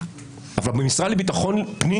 אבל לשקם עבריינים במשרד לביטחון פנים?